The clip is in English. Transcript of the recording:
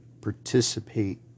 participate